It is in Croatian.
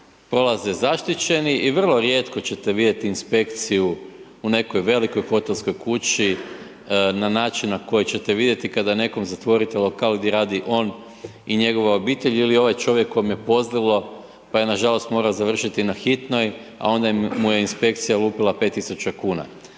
prolaze zaštićeni i vrlo rijetko ćete vidjeti inspekciju u nekoj velikoj hotelskoj kući na način na koji ćete vidjeti kada nekom zatvorite lokal gdje radi on i njegova obitelj ili ovaj čovjek kojem je pozlilo pa je nažalost morao završiti na hitnoj a onda mu je inspekcija lupila 5 tisuća